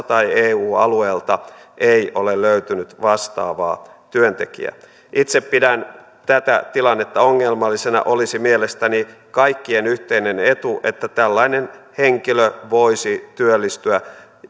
tai eu alueelta ei ole löytynyt vastaavaa työntekijää itse pidän tätä tilannetta ongelmallisena olisi mielestäni kaikkien yhteinen etu että tällainen henkilö voisi työllistyä